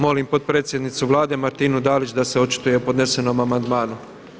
Molim potpredsjednicu Vlade Martinu Dalić da se očituje o podnesenom amandmanu.